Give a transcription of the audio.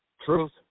truth